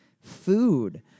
food